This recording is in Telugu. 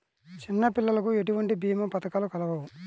చిన్నపిల్లలకు ఎటువంటి భీమా పథకాలు కలవు?